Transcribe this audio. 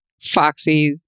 foxies